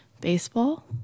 baseball